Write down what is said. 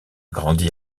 grandi